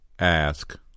Ask